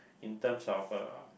in terms of uh